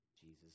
Jesus